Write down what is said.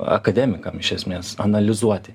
akademikam iš esmės analizuoti